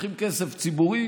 לוקחים כסף ציבורי